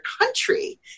country